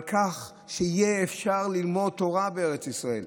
על כך שיהיה אפשר ללמוד תורה בארץ ישראל,